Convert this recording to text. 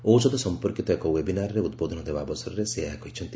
ଔଷଧ ସମ୍ପର୍କିତ ଏକ ଓ୍ୱେବିନାର୍ରେ ଉଦ୍ବୋଦନ ଦେବା ଅବସରରେ ସେ ଏହା କହିଛନ୍ତି